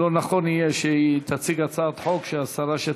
לא שמתי, לא הצבעת?